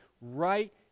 Right